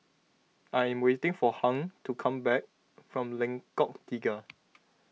I am waiting for Hung to come back from Lengkok Tiga